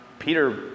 Peter